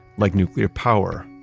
like nuclear power,